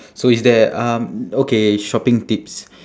so is there um okay shopping tips